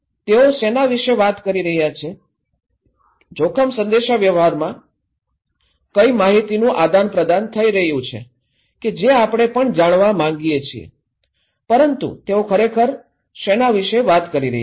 તેઓ શેના વિશે વાત કરી રહ્યા છે જોખમ સંદેશાવ્યવહારમાં કઈ માહિતીનું આદાનપ્રદાન થઇ રહ્યું છે કે જે આપણે પણ જાણવા માંગીયે છીએ પરંતુ તેઓ ખરેખર શેના વિશે વાત કરી રહ્યાં છે